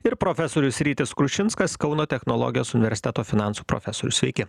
ir profesorius rytis krušinskas kauno technologijos universiteto finansų profesorius sveiki